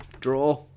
draw